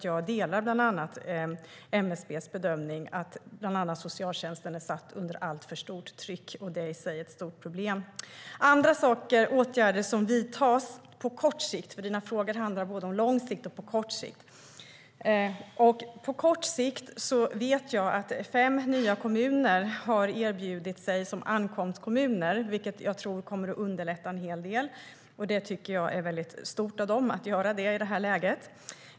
Jag delar MSB:s bedömning att bland annat socialtjänsten är satt under alltför stort tryck. Det är i sig ett stort problem. Andra åtgärder som vidtas på kort sikt - Christina Örnebjärs frågor handlar om både lång och kort sikt - är att fem nya kommuner har erbjudit sig att vara ankomstkommuner. Det kommer att underlätta en hel del. Det är stort av dem att göra i det här läget.